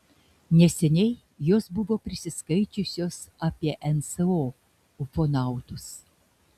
neseniai jos buvo prisiskaičiusios apie nso ufonautus